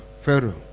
Pharaoh